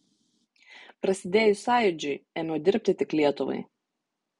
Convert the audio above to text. prasidėjus sąjūdžiui ėmiau dirbti tik lietuvai